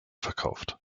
verkauft